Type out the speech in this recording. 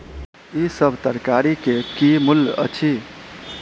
ई सभ तरकारी के की मूल्य अछि?